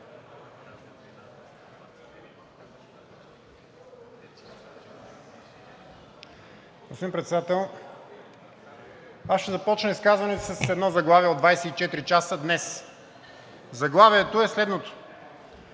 аз ще започна изказването си с едно заглавие от „24 часа“ днес. Заглавието е следното: